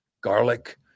garlic